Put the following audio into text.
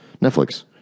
Netflix